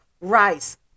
rice